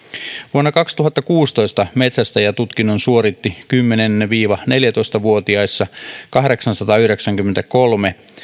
vuonna kaksituhattakuusitoista metsästäjätutkinnon suoritti kymmenen viiva neljätoista vuotiaissa kahdeksansataayhdeksänkymmentäkolme